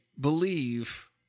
Believe